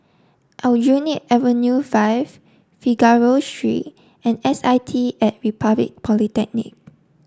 Aljunied Avenue five Figaro Street and S I T at Republic Polytechnic